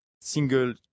single